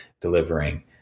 delivering